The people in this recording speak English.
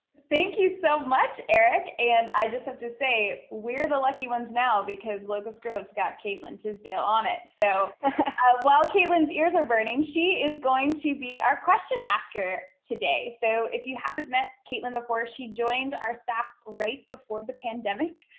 thank you so much, eric, and i just have to say, we're the lucky ones now, because locust grove's got kaitlyn tisdale on it, so while kaitlyn's ears are burning, she is going to be our question-asker today. so if you haven't met kaitlyn before, she joined our staff right before the pandemic.